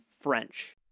French